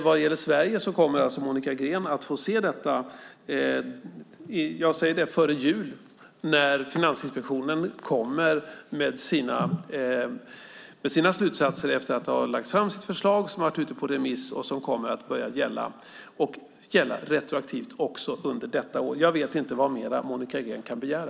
Vad gäller Sverige kommer alltså Monica Green att få se detta före jul, när Finansinspektionen kommer med sina slutsatser efter att ha lagt fram sitt förslag, som har varit ute på remiss och som kommer att börja gälla retroaktivt också under detta år. Jag vet inte vad mer Monica Green kan begära.